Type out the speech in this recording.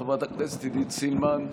חברת הכנסת עידית סילמן,